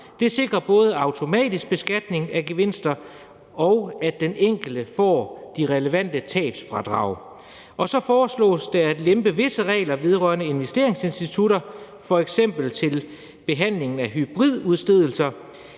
Det sikrer både en automatisk beskatning af gevinster, og at den enkelte får de relevante tabsfradrag. Så foreslås det også at lempe visse regler vedrørende investeringsinstitutter, f.eks. til behandlingen af hybridudstedelser.